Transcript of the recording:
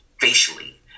facially